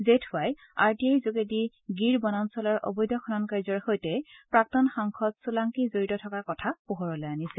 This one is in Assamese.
জেঠৱাই আৰ টি আইৰ যোগেদি গিৰ বনাঞ্চলৰ অবৈধ খনন কাৰ্য্যৰ সৈতে প্ৰাক্তন সাংসদ চোলাংকি জড়িত থকাৰ কথা পোহৰলৈ আনিছিল